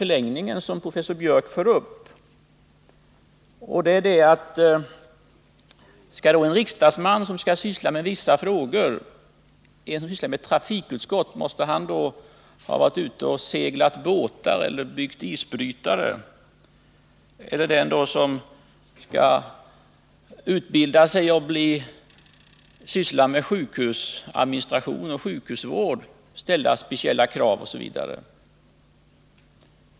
Ty de synpunkter som professor Biörck tar upp ger anledning till frågan om vi verkligen skall ha den principen att en riksdagsman som sysslar med trafikfrågor måste ha varit ute och seglat på båtar eller byggt isbrytare, att den som skall syssla med sjukvårdsfrågor måste vara läkare eller ha arbetat inom sjukvården.